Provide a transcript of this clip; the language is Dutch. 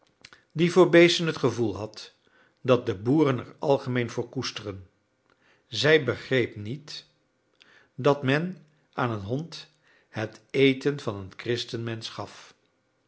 die voor beesten het gevoel had dat de boeren er algemeen voor koesteren zij begreep niet dat men aan een hond het eten van een christenmensch gaf